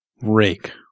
Rake